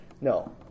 No